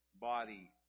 body